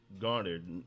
Garnered